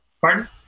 pardon